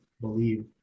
believe